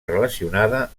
relacionada